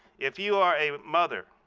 if you are a mother,